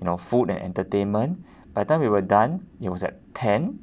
you know food and entertainment by the time we were done it was at ten